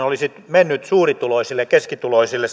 olisi mennyt suurituloisille ja keskituloisille